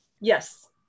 Yes